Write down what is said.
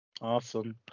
Awesome